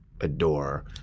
adore